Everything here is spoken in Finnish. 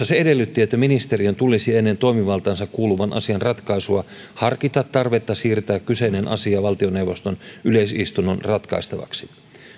se edellytti että ministeriön tulisi ennen toimivaltaansa kuuluvan asian ratkaisua harkita tarvetta siirtää kyseinen asia valtioneuvoston yleisistunnon ratkaistavaksi